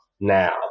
now